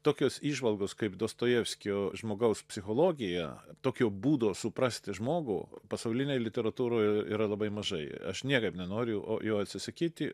tokios įžvalgos kaip dostojevskio žmogaus psichologija tokio būdo suprasti žmogų pasaulinėj literatūroj yra labai mažai aš niekaip nenoriu o jo atsisakyti